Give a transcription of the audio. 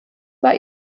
war